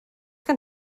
gen